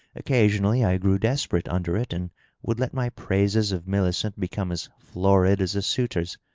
occasionally i grew desperate under it, and would let my praises of millicent become as florid as a suitor's.